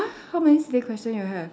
how many silly question you have